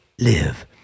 live